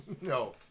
No